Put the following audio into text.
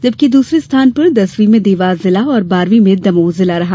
जबकि दसरे स्थान पर दसवीं में देवास जिला और बारहवीं में दमोह जिला रहा